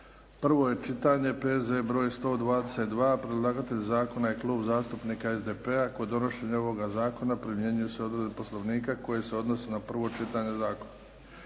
prvo čitanje, P.Z. br. 122 Predlagatelj: Klub zastupnika SDP-a Kod donošenja ovoga zakona primjenjuju se odredbe Poslovnika koje se odnose na prvo čitanje zakona.